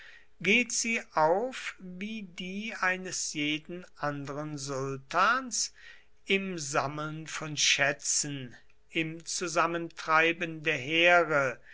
geht sie auf wie die eines jeden anderen sultans im sammeln von schätzen im zusammentreiben der heere